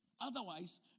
Otherwise